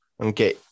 Okay